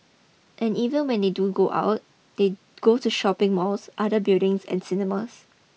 and even when they do go out they go to shopping malls other buildings in cinemas